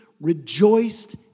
rejoiced